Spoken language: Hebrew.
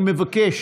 אני מבקש.